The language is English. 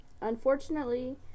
Unfortunately